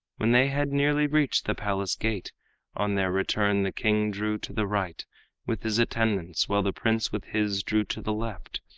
when they had nearly reached the palace gate on their return, the king drew to the right with his attendants, while the prince with his drew to the left,